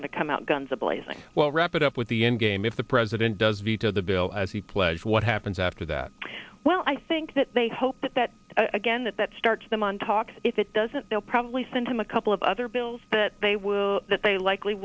going to come out guns a blazing well wrap it up with the end game if the president does veto the bill as he pledged what happens after that well i think that they hope that again that that starts them on talk if it doesn't they'll probably send him a couple of other bills that they will that they likely